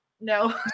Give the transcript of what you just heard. no